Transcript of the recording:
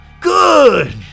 good